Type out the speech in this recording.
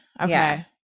Okay